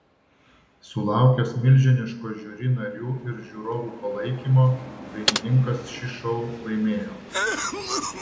sulaukęs milžiniško žiuri narių ir žiūrovų palaikymo dainininkas šį šou laimėjo